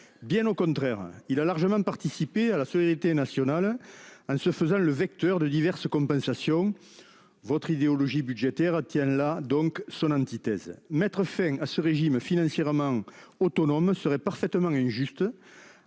Bien au contraire, il a largement participé à la solidarité nationale en se faisant le vecteur de diverses compensations. Votre idéologie budgétaire tient donc là son antithèse. Mettre fin à ce régime financièrement autonome serait parfaitement injuste